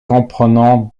comprenant